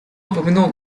упомянул